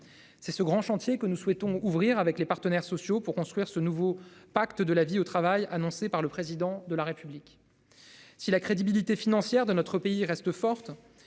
c'est ce grand chantier que nous souhaitons ouvrir avec les partenaires sociaux pour construire ce nouveau pacte de la vie au travail. Annoncé par le président de la République. Si la crédibilité financière de notre pays reste forte,